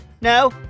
No